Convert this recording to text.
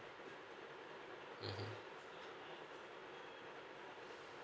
mmhmm